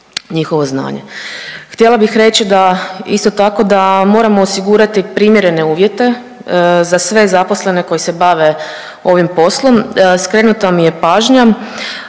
Htjela bih reći da, isto tako da moramo osigurati primjerene uvjete za sve zaposlene koji se bave ovim poslom. Skrenuta mi je pažnja